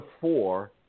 four